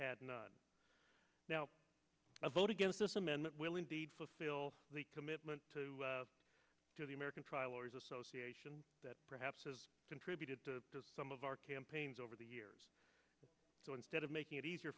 not now a vote against this amendment will indeed fulfill the commitment to the american trial lawyers association that perhaps has contributed to some of our campaigns over the years so instead of making it easier